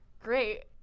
great